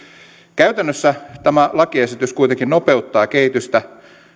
käytännössä tämä lakiesitys kuitenkin nopeuttaa kehitystä